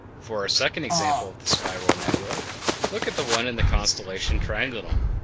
for a second example of the spiral nebulae look at the one in the constellation triangulum.